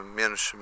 menos